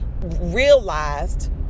realized